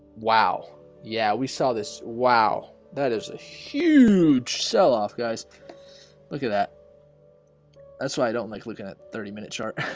wow yeah we saw this wow that is a huge sell-off guys look at that that's why i don't like looking at thirty minutes sharp